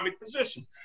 position